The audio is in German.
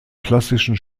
klassischen